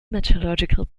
metallurgical